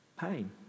pain